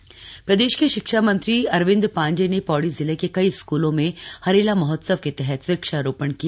अरविंद पांडे पौड़ी प्रदेश के शिक्षा मंत्री अरविन्द पाण्डेय ने पौड़ी जिले के कई स्कूलों में हरेला महोत्सव के तहत वृक्षारोपण किया